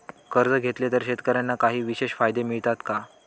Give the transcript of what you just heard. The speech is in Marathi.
कर्ज घेतले तर शेतकऱ्यांना काही विशेष फायदे मिळतात का?